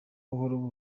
gahoro